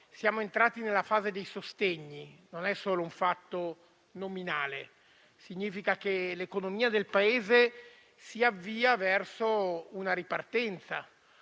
Siamo entrati nella fase dei sostegni; non è solo un fatto nominale, ma significa che l'economia del Paese si avvia verso una ripartenza